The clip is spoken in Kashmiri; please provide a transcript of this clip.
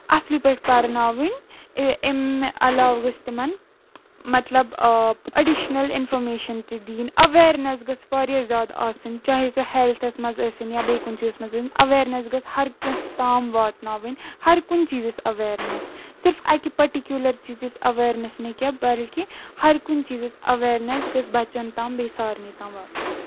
اَصٕل پٲٹھۍ پَرناوٕنۍ امہِ علاوٕ گٔژھۍ تِمَن مطلب أڈِشنَل اِنفارمیشَن تہِ دِنۍ اَویرنٮ۪س گٔژھ واریاہ زیادٕ آسٕنۍ چاہے سُہ ہٮ۪لتھَس منٛز ٲسِنۍ یا بیٚیہِ کُنہِ چیٖزَس منٛز ٲسِنۍ اَویرنٮ۪س گٔژھ ہرکٲنٛسہِ تام واتنٲوٕنۍ ہرکُنہِ چیٖزٕچ اَویرنٮ۪س صرف اَکہِ پٔٹِکیوٗلَر چیٖزٕچ اَویرنٮ۪س نہٕ کینٛہہ بلکہِ ہرکُنہِ چیٖزٕچ اَویرنٮ۪س گٔژھ بَچَن تام بیٚیہِ سارنی تام واتٕنۍ